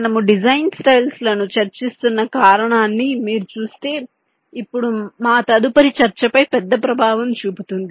మనము design styles లను చర్చిస్తున్న కారణాన్ని మీరు చూస్తే ఇప్పుడు మా తదుపరి చర్చపై పెద్ద ప్రభావం చూపుతుంది